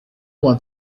want